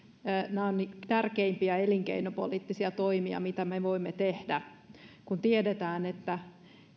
nämä ovat tärkeimpiä elinkeinopoliittisia toimia mitä me me voimme tehdä kun tiedetään että